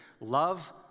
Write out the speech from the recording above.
love